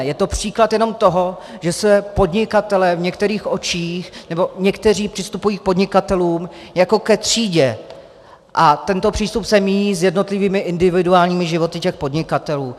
Je to příklad jenom toho, že se podnikatelé v některých očích nebo někteří přistupují k podnikatelům jako ke třídě a tento přístup se míjí s jednotlivými individuálními životy těch podnikatelů.